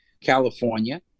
california